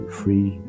free